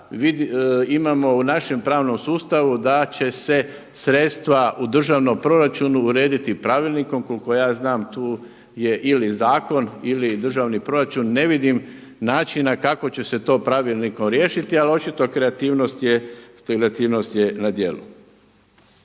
puta imamo u našem pravnom sustavu da će se sredstava u državnom proračunu urediti pravilnikom. Koliko ja znam tu je ili zakon ili državni proračun, ne vidim načina kako će se to pravilnikom riješiti ali očito kreativnost je na djelu.